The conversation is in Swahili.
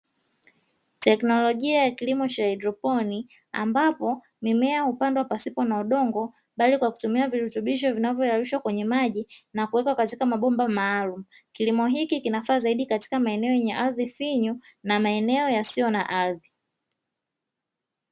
Teknolojia ya kilimo cha haidroponi, ambapo mimea hupandwa pasipo na udongo bali kwa kutumia virutubisho vinavyoyeyushwa kwenye maji na kuwekwa katika mabomba maalumu, kilimo hiki kinafaa zaidi katika maeneo yenye ardhi finyu na maeneo yasiyo na ardhi.